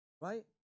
right